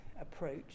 approach